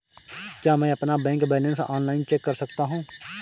क्या मैं अपना बैंक बैलेंस ऑनलाइन चेक कर सकता हूँ?